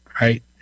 right